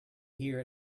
hear